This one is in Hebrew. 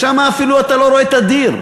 שם אפילו אתה לא רואה הדיר.